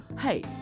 hey